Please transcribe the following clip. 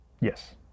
Yes